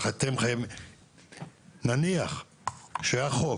נניח שהיה חוק